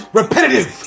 repetitive